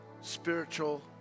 spiritual